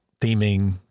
Theming